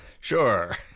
Sure